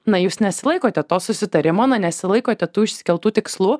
na jūs nesilaikote to susitarimo na nesilaikote tų išsikeltų tikslų